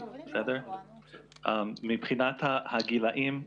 מבחינת הגילאים,